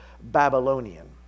Babylonian